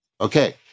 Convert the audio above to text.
Okay